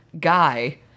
guy